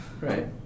Right